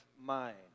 mind